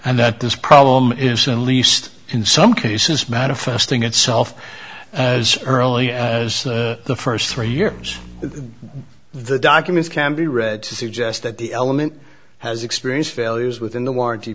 and that this problem is the least in some cases manifesting itself as early as the first three years the documents can be read to suggest that the element has experience failures within the warranty